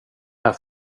här